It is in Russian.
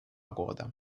года